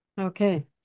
Okay